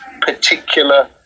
particular